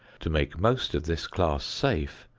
to make most of this class safe,